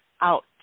out